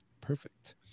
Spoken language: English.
Perfect